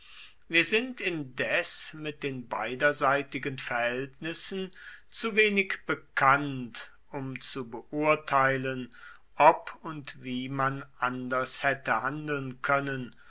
wir sind indes mit den beiderseitigen verhältnissen zu wenig bekannt um zu beurteilen ob und wie man anders hätte handeln können